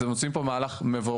אתם עושים פה מהלך מבורך,